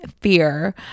fear